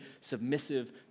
submissive